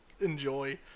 enjoy